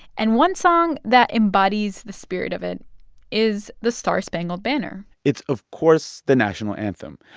and one song that embodies the spirit of it is the star-spangled banner. it's, of course, the national anthem.